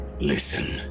Listen